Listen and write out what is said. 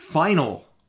Final